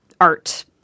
art